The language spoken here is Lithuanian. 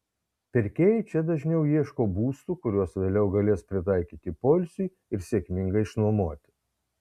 pirkėjai čia dažniau ieško būstų kuriuos vėliau galės pritaikyti poilsiui ir sėkmingai išnuomoti